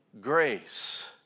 grace